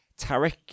Tarek